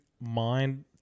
mind